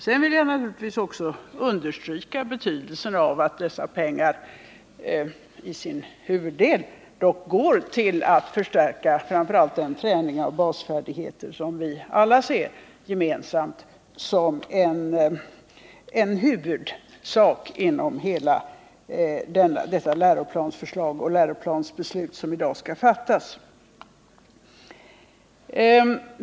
Sedan vill jag naturligtvis också understryka betydelsen av att dessa pengar i sin huvuddel dock går till att förstärka den träning av basfärdigheter som vi alla gemensamt ser som en huvudsak inom hela detta läroplansförslag och det läroplansbeslut som i dag skall fattas.